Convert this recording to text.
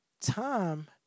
time